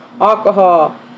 alcohol